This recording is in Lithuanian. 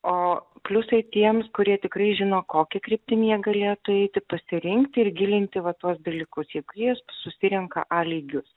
o pliusai tiems kurie tikrai žino kokia kryptim jie galėtų eiti pasirinkti ir gilinti va tuos dalykus juk jis susirenka a lygius